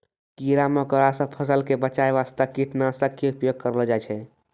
कीड़ा मकोड़ा सॅ फसल क बचाय वास्तॅ कीटनाशक के उपयोग करलो जाय छै